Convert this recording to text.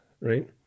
right